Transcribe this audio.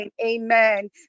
Amen